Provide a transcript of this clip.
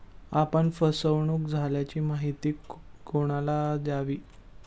आपण फसवणुक झाल्याची माहिती कोणाला द्यावी?